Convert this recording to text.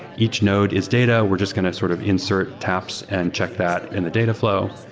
each node is data. we're just going to sort of insert taps and check that in the data fl ow.